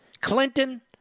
Clinton